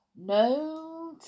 No